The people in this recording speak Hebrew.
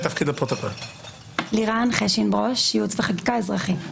אני מייעוץ וחקיקה אזרחי.